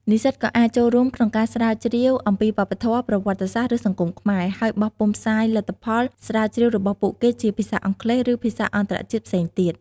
និស្សិតក៏អាចចូលរួមក្នុងការស្រាវជ្រាវអំពីវប្បធម៌ ប្រវត្តិសាស្ត្រ ឬសង្គមខ្មែរ ហើយបោះពុម្ពផ្សាយលទ្ធផលស្រាវជ្រាវរបស់ពួកគេជាភាសាអង់គ្លេស ឬភាសាអន្តរជាតិផ្សេងទៀត។